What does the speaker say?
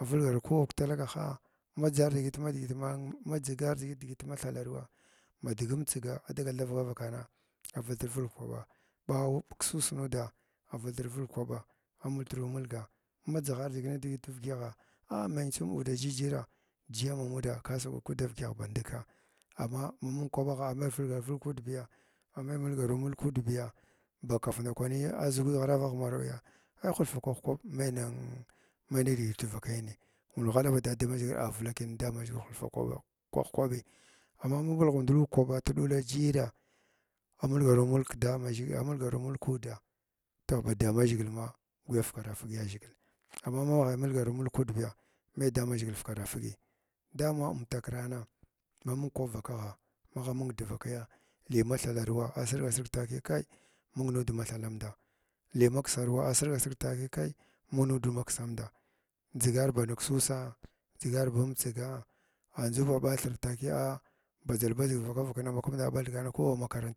avilghar ku all kətalagaha madzar digit madigit man ma dzigar digit mathala rawa ma digəmtsga a dagal da vakavakana a viltir vilg kwaɓa ɓa cu-kasus nuda aviltir vilg kwaɓa a multru mulga madzighar dzig nitigit evgyagha á men tsum uda jijira jiyama muda ka sagau kud davgyagh ba ndikka amma ma mung kwaɓagha a me vilgar vilg kud biya ame mulgaru mulg kudyabiya bakaf nda kwani a zuguy ghravagh marauya ai kulfakwah kwaɓ me nann me nidigit tukvakau nimi ngulu ghak da da da mazhigil avalk nda mazhigil hulfa kwah kwabi amma ma mbulgu mbulga kwaɓa təɗula jira a mulgaru mulg kədamazhi-a mulgaru mulg kuda to ba da mazhigil ma guya fukara fug ya zhigil ama magha ma’imulgaru mulg kud baya me damazhigil fukara fugi da ma mtakrana mamung kwab vakagha agha mung devakaya li mathala ruwa arsirga sing taki kai mung nud mathalamndan li maksaruwa arsiga sirg taki kai mung nud maksamnda dzigar ba nkəsusa dzigar bam tsiga andzu ba bathir takiya badzal badzig vakavakna.